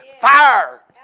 Fire